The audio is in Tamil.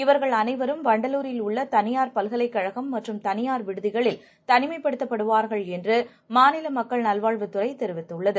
இவர்கள் அனைவரும் வண்டலூரில் உள்ள தனியார் பல்கலைக்கழகம் மற்றும் தனியார் விடுதிகளில் தனிமைப்படுத்தப்படுவார்கள் என்று மாநில மக்கள் நல்வாழ்வுத்துறை தெரிவித்துள்ளது